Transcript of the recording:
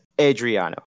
Adriano